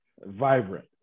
vibrant